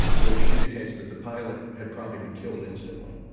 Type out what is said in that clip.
which indicates that the pilot had probably been killed instantly